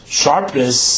sharpness